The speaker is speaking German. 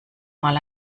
mal